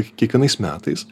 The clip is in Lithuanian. kiekvienais metais